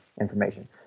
information